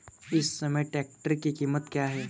इस समय ट्रैक्टर की कीमत क्या है?